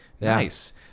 nice